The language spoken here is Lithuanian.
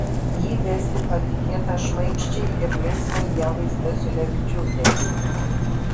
jį vesti patikėta šmaikščiai ir linksmai ievai stasiulevičiūtei